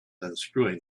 unscrewing